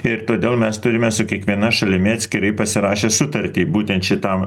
ir todėl mes turime su kiekviena šalimi atskirai pasirašę sutartį būtent šitam